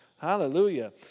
hallelujah